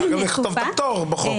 אפשר גם לכתוב פטור בחוק.